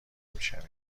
میشویم